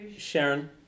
Sharon